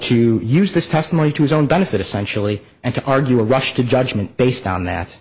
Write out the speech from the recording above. to use this testimony to his own benefit essentially and to argue a rush to judgment based on that